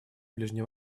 ближнем